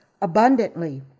abundantly